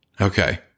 Okay